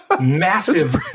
massive